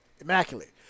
immaculate